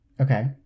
okay